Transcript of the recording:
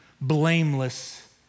blameless